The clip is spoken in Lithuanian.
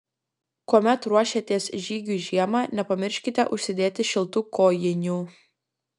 kuomet ruošiatės žygiui žiemą nepamirškite užsidėti šiltų kojinių